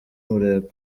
umurego